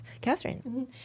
Catherine